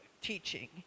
teaching